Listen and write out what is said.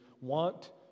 want